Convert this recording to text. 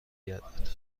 گردد